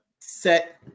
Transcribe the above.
set